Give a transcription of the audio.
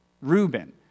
Reuben